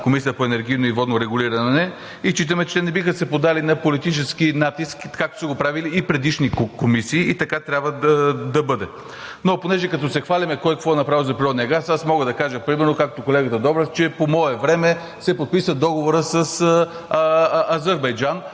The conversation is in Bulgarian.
Комисията по енергийно и водно регулиране и считаме, че не биха се поддали на политически натиск, както са го правили и предишни комисии и така трябва да бъде. Но понеже, като се хвалим кой какво е направил за природния газ, аз мога да кажа примерно, както колегата Добрев, че по мое време се подписа договорът с Азербайджан,